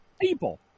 people